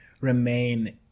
remain